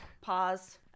Pause